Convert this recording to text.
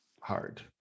hard